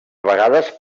vegades